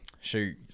shoot